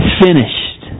finished